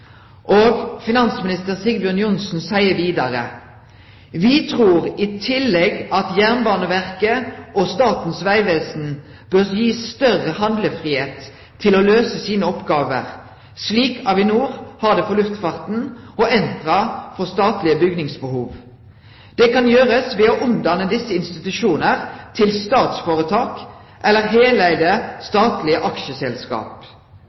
veg.» Finansminister Sigbjørn Johnsen seier vidare: «Vi tror i tillegg at Jernbaneverket og Statens vegvesen bør gis større handlefrihet til å løse sine oppgaver, slik Avinor har det for luftfarten og Entra for statlige bygningsbehov. Det kan gjøres ved å omdanne disse institusjoner til statsforetak eller heleide statlige aksjeselskap.